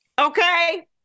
Okay